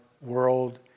world